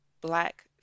Black